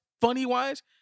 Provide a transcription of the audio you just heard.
funny-wise